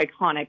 iconic